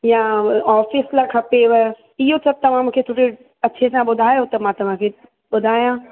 या ऑफ़िस लाइ खपेव इहो सभु तव्हां मूंखे सॼो अच्छे सां ॿुधायो त मां तव्हांखे ॿुधायां